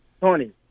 Tony